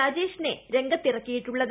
രാജേഷിനെ രംഗത്തിറക്കിയിട്ടുള്ളത്